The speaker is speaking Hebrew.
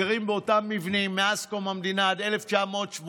הם גרים באותם מבנים מאז קום המדינה עד 1980,